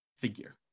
figure